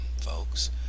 folks